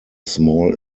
small